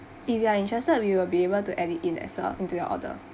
if you are interested we will be able to add it in as well into your order